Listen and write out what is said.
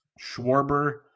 Schwarber